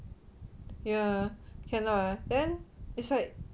ya cannot lah then it's like